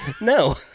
No